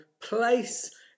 place